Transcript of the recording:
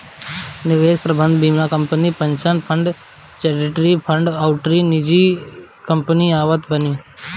निवेश प्रबंधन बीमा company, pension fund, charity fund अउरी निजी कंपनी आवत बानी